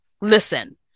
listen